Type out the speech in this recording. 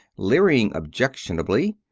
leering objectionably.